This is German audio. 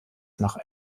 nach